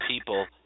people